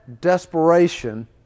desperation